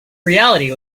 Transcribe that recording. reality